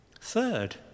Third